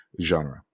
genre